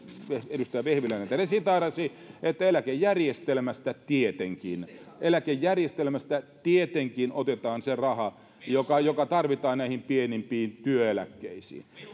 edustaja vehviläinen täällä siteerasi että eläkejärjestelmästä tietenkin eläkejärjestelmästä tietenkin otetaan se raha joka joka tarvitaan näihin pienimpiin työeläkkeisiin